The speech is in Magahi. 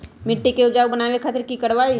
मिट्टी के उपजाऊ बनावे खातिर की करवाई?